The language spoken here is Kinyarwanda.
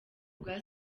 bwa